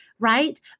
right